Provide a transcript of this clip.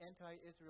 anti-Israel